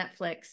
Netflix